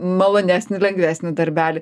malonesnį lengvesnį darbelį